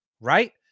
right